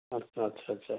ہاں اچھا اچھا